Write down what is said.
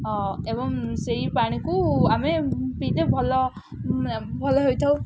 ଏବଂ ସେଇ ପାଣିକୁ ଆମେ ପିଇଲେ ଭଲ ଭଲ ହୋଇଥାଉ